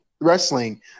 wrestling